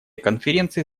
конференции